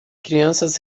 crianças